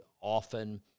often